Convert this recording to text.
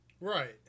Right